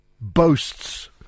boasts